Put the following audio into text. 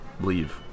leave